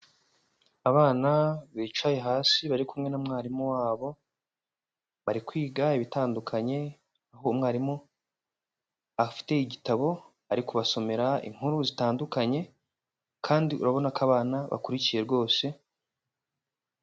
Abana bicaye hasi bari kumwe na mwarimu wabo, bari kwiga ibitandukanye aho umwarimu afite igitabo ari kubasomera inkuru zitandukanye, kandi urabona ko abana bakurikiye rwose.